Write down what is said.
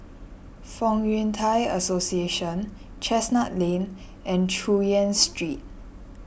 Fong Yun Thai Association Chestnut Lane and Chu Yen Street